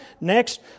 Next